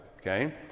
okay